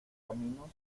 caminos